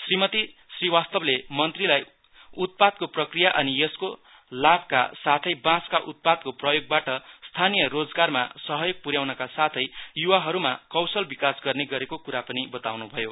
श्रीमती श्रीवास्तवल मन्त्रीले उत्पादको प्रक्रिया अनि यसको लाभका साथै बाँसका उत्पादको प्रयोगबाट स्थानीय रोजगारमा सहयोग पुर्याउनका साथै युवाहरूमा कौशल विकास गर्ने गरेको कुरा पनि बताउनु भयो